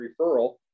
referral